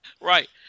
Right